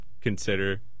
consider